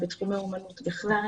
בתחומי האומנות בכלל.